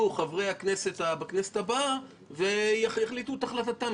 נא יתכבדו חברי הכנסת בכנסת הבאה ויחליטו את החלטתם.